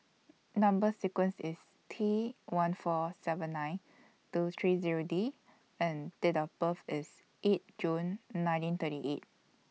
Number sequence IS T one four seven nine two three Zero D and Date of birth IS eight June nineteen thirty eight